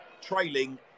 trailing